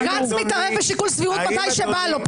בג"ץ מתערב בשיקול סבירות מתי שבא לו.